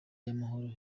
y’amahoro